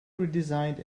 redesigned